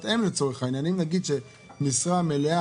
אני שואל אם הנושא הזה עלה